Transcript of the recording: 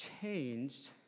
changed